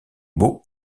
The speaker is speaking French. beaux